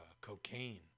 cocaine